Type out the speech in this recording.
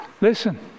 Listen